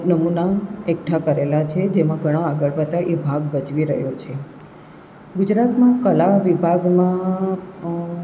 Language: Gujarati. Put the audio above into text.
નમૂના એકઠા કરેલા છે જેમાં ઘણા આગળ પડતા એ ભાગ ભજવી રહ્યો છે ગુજરાતમાં કલા વિભાગમાં